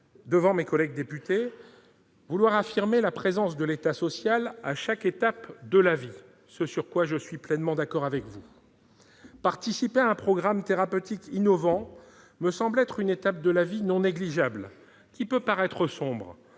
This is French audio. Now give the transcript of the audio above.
devant mes collègues députés vouloir affirmer la présence de l'État social à chaque étape de la vie, ce sur quoi je suis pleinement d'accord avec vous. Participer à un programme thérapeutique innovant me semble être une étape de la vie non négligeable, étape qui peut paraître sombre,